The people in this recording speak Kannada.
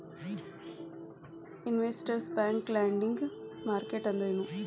ಇನ್ಟರ್ನೆಟ್ ಬ್ಯಾಂಕ್ ಲೆಂಡಿಂಗ್ ಮಾರ್ಕೆಟ್ ಅಂದ್ರೇನು?